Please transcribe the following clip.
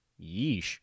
Yeesh